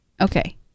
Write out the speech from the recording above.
Okay